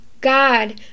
God